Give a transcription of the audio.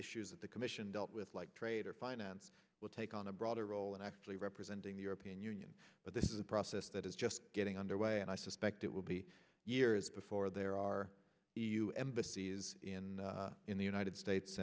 issues that the commission dealt with like trade or finance will take on a broader role and actually representing the european union but this is a process that is just getting underway and i suspect it will be years before there are e u embassies in in the united states